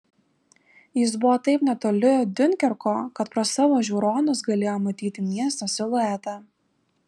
jis buvo taip netoli diunkerko kad pro savo žiūronus galėjo matyti miesto siluetą